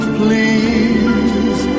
please